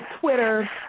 Twitter